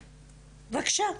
בבקשה.